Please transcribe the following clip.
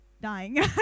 dying